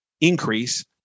increase